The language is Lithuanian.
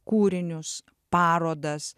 kūrinius parodas